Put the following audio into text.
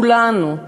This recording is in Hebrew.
כולנו.